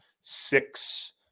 six